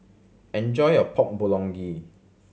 enjoy your Pork Bulgogi